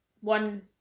one